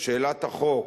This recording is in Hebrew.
שאלת החוק,